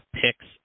picks